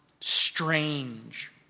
strange